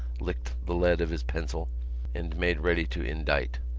licked the lead of his pencil and made ready to indite.